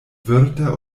virta